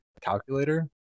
calculator